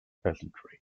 peasantry